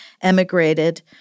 emigrated